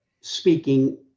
speaking